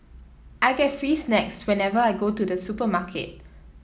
I get free snacks whenever I go to the supermarket